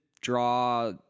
draw